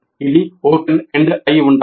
ఇది open end అయి ఉండాలి